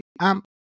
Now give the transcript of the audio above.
amp